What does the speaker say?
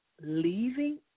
leaving